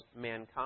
mankind